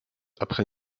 après